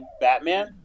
Batman